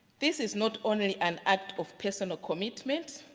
this is not only an act of personal commitment,